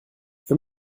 für